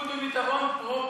חוץ וביטחון פרופר.